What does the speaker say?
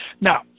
Now